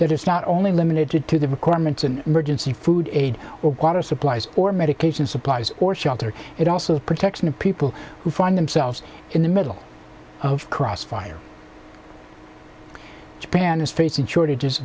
that is not only limited to the requirements an emergency food aid or water supplies or medication supplies or shelter it also of protection of people who find themselves in the middle of crossfire japan is facing shortages